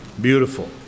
beautiful